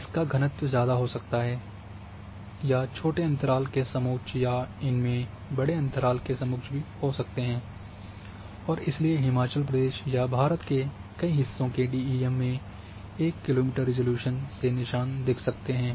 इसका घनत्व ज़्यादा हो सकता है या छोटे अंतराल के समोच्च या इनमे बड़े अंतराल के समोच्च भी हो सकते हैं और इसलिए हिमाचल प्रदेश या भारत के कई हिस्सों के डीईएम में 1 किलोमीटर रिज़ॉल्यूशन से निशान दिख सकते हैं